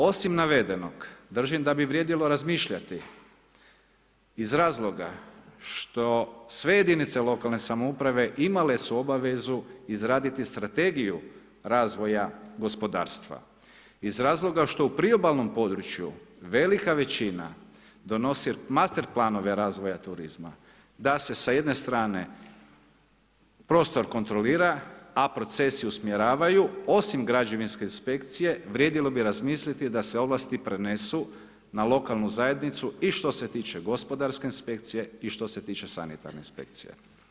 Osim navedenog, držim da bi vrijedilo razmišljati iz razloga što sve jedinice lokalne samouprave imali su obavezu izraditi strategiju razvoja gospodarstva iz razloga što u priobalnom području velika većina donosi master planove razvoja turizma, da se sa jedne strane prostor kontrolira a procesi usmjeravaju, osim građevinske inspekcije, vrijedilo bi razmisliti da se ovlasti prenesu na lokalnu zajednicu i štose tiče gospodarske inspekcije i što se tiče sanitarne inspekcije.